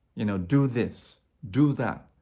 you know, do this. do that.